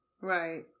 Right